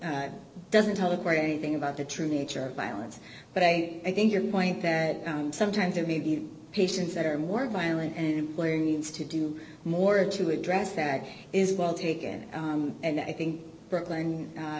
doesn't help or anything about the true nature violence but i think your point that sometimes it may be patients that are more violent and employer needs to do more to address that is well taken and i think brooklyn